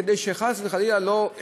כדי שחס וחלילה לא,